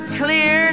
clear